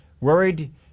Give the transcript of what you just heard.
Worried